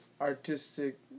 artistic